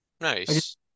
Nice